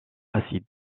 acides